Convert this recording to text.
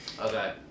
Okay